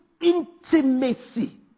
intimacy